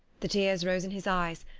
the tears rose in his eyes,